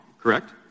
correct